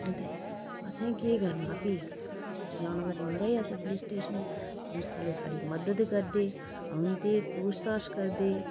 ते असें केह् करना फ्ही जाना ते पौंदा ही ऐ असें पुलिस स्टेशन पुलिस आह्ले साढ़ी मदद करदे औंदे पूछताछ करदे